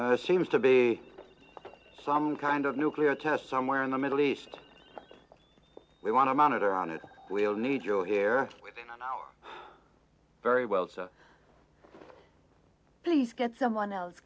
what seems to be some kind of nuclear test somewhere in the middle east we want to monitor on it we'll need to hear very well so please get someone else